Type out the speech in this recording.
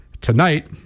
tonight